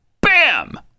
bam